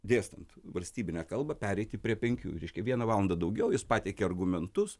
dėstant valstybinę kalbą pereiti prie penkių reiškia viena valanda daugiau jis pateikė argumentus